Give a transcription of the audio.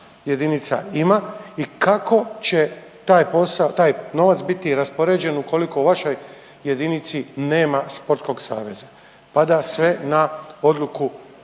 jedinica ima i kako će taj posao taj novac biti raspoređen ukoliko u vašoj jedinici nema sportskog saveza? Pada sve na odluku